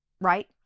Right